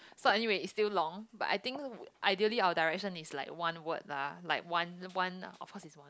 so anyway it's still long but I think ideally our direction is like one word lah like one one of course it's one